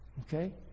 okay